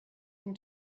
them